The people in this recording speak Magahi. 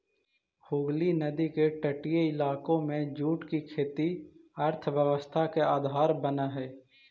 हुगली नदी के तटीय इलाका में जूट के खेती अर्थव्यवस्था के आधार बनऽ हई